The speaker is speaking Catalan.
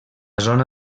zona